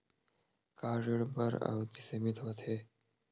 का ऋण बर अवधि सीमित होथे?